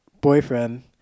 boyfriend